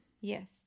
Yes